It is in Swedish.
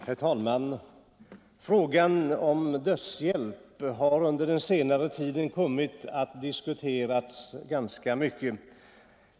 Herr talman! Frågan om dödshjälp har under senare tid kommit att diskuteras ganska mycket.